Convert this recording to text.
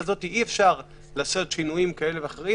הזאת אי-אפשר לעשות שינויים כאלה ואחרים